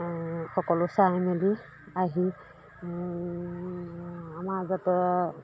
সকলো চাই মেলি আহি আমাৰ যাতে